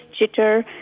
jitter